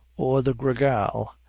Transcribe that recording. or the gra gal,